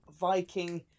Viking